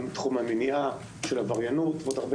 גם בתחום המניעה של עבריינות ובעוד הרבה